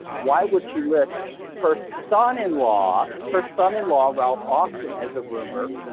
why would she list her son-in-law, her son-in-law, ralph austin, as a roomer,